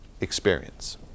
experience